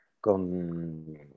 Con